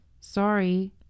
Sorry